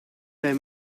bij